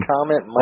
Comment